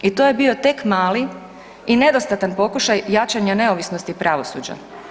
I to je bio tek mali i nedostatan pokušaj jačanja neovisnosti pravosuđa.